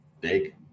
big